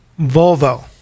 Volvo